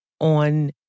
on